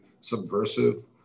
subversive